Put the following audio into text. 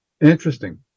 Interesting